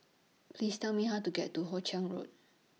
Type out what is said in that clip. Please Tell Me How to get to Hoe Chiang Road